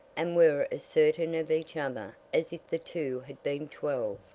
and were as certain of each other as if the two had been twelve.